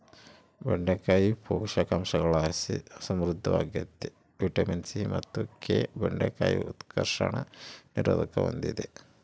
ಬೆಂಡೆಕಾಯಿ ಪೋಷಕಾಂಶಗುಳುಲಾಸಿ ಸಮೃದ್ಧವಾಗ್ಯತೆ ವಿಟಮಿನ್ ಸಿ ಮತ್ತು ಕೆ ಬೆಂಡೆಕಾಯಿ ಉತ್ಕರ್ಷಣ ನಿರೋಧಕ ಹೂಂದಿದೆ